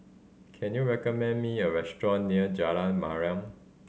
can you recommend me a restaurant near Jalan Mariam